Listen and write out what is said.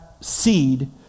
seed